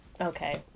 okay